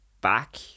back